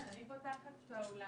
אבל אי אפשר במקום שנמצא ממש סמוך,